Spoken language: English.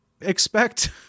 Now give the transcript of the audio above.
expect